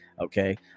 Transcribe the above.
Okay